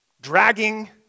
dragging